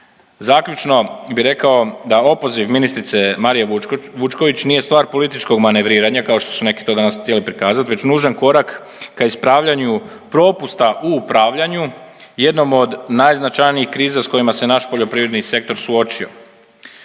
Zaključno bih rekao da opoziv ministrice Marije Vučković nije stvar političkog manevriranja kao što su neki to danas htjeli prikazati već nužan korak ka ispravljanju propusta u upravljanju jednom od najznačajnijih kriza sa kojima se naš poljoprivredni sektor suočio.